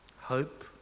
Hope